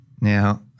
Now